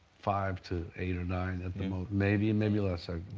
five to eight or nine, maybe a nebula so